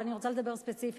אבל אני רוצה לדבר ספציפית,